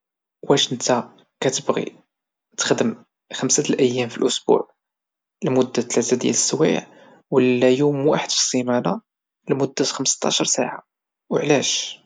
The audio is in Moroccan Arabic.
واش نتا كتبغي تخدم خمسة الايام فالاسبوع لمدة سبعة سوايع ولا يوم واحد فالسيمانا لمدة خمسطاعش ساعة وعلاش؟